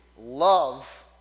love